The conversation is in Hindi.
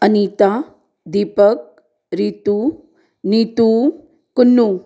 अनीता दीपक ऋतु नीतू कुन्नू